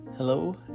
Hello